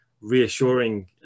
reassuring